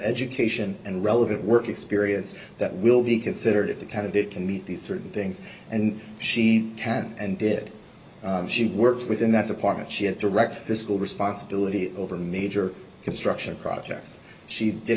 education and relevant work experience that will be considered if the candidate can meet these certain things and she can and did she worked with in that department she had direct fiscal responsibility over major construction projects she did